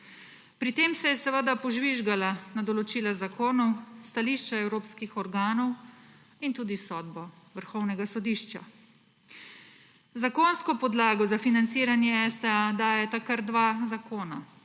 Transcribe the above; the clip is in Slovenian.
Pri tem se je seveda požvižgala na določila zakonov, stališča evropskih organov in tudi sodbo Vrhovnega sodišča. Zakonsko podlago za financiranje STA dajeta kar dva zakona: